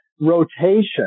rotation